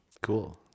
Cool